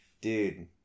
dude